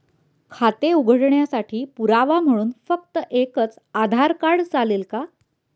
खाते उघडण्यासाठी पुरावा म्हणून फक्त एकच आधार कार्ड चालेल का?